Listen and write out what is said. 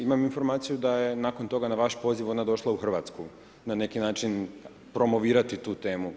Imam informaciju da je nakon toga na vaš poziv ona došla u Hrvatsku, na neki način promovirati tu temu.